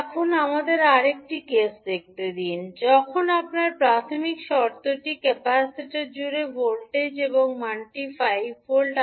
এখন আমাদের আর একটি কেস দেখতে দিন যখন আপনার প্রাথমিক শর্তটি ক্যাপাসিটর জুড়ে ভোল্টেজ এবং মানটি 5 ভোল্ট